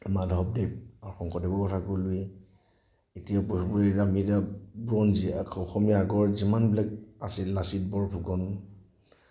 মাধৱদেৱ শংকৰদেৱৰ কথা কলোঁৱেই এতিয়া আমি এতিয়া বুৰঞ্জী আকৌ অসমীয়া আগৰ যিমানবিলাক আছিল লাচিত বৰফুকন